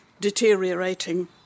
deteriorating